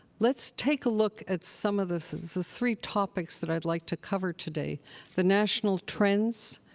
let's take a look at some of of the three topics that i'd like to cover today the national trends,